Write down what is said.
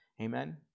Amen